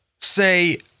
say